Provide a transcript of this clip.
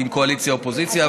קואליציה-אופוזיציה.